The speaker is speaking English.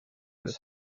his